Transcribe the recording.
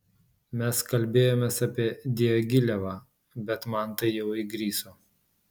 mes kalbėjomės apie diagilevą bet man tai jau įgriso